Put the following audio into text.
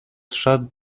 shut